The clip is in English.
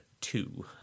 two